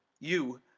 you,